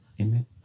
Amen